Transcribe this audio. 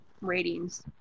ratings